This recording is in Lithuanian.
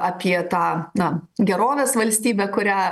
apie tą na gerovės valstybę kurią